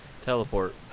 Teleport